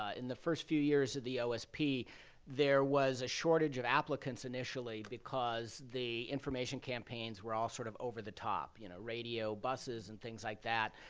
ah in the first few years of the osp, there was a shortage of applicants initially because the information campaigns were all sort of over the top you know, radio, buses, and things like that,